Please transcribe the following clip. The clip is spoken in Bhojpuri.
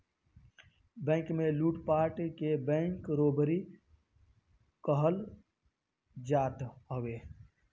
बैंक में लूटपाट के बैंक रोबरी कहल जात हवे